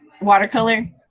watercolor